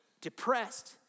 depressed